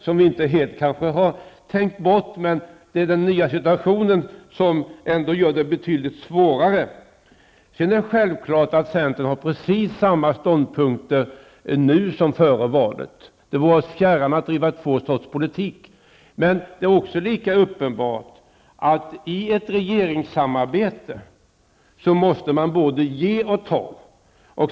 Lars Hedfors har kanske inte helt tänkt bort detta, men det är den nya situationen som ändå gör det betydligt svårare. Det är självklart att centern har precis samma ståndpunkter nu som före valet. Det vore oss fjärran att driva två sorters politik. Men det är också lika uppenbart att man i ett regeringssamarbete måste både ge och ta.